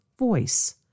voice